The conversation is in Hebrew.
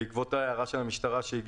מה זה "לא ירשה לאחר להעביר מטענים"?